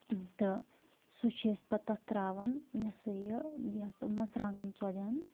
تہٕ سُہ چھِ أسۍ پتہٕ تتھ ترٛاوان یہِ ہسا یہِ یتھ مرژٕوانٛگن ژۄلین